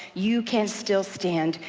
you can still stand.